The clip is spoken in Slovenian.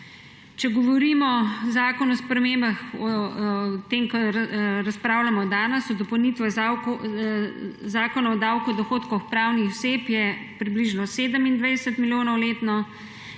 Če govorimo o zakonu o spremembah, o katerem razpravljamo danes, o dopolnitvah Zakona o davku od dohodkov pravnih oseb, je približno 27 milijonov letno,